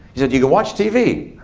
he said, you can watch tv.